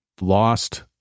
lost